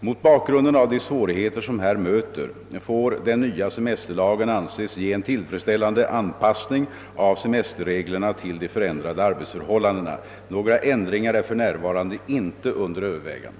Mot bakgrunden av de svårigheter som här möter får den nya semesterlagen anses ge en tillfredsställande anpassning av semesterreglerna till de förändrade arbetsförhållandena. Några ändringar är för närvarande inte under övervägande.